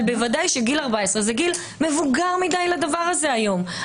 אבל בוודאי שגיל 14 זה גיל מבוגר מדי לדבר הזה היום,